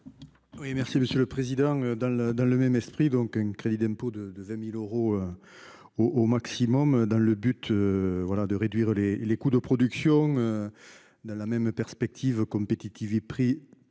Oui, merci Monsieur le Président, dans le, dans le même esprit, donc un crédit d'impôt de 20.000 euros. Au au maximum dans le but. Voilà, de réduire les les coûts de production. Dans la même perspective compétitive et pris